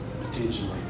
potentially